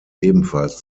ebenfalls